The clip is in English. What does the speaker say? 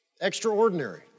Extraordinary